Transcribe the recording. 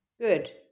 Good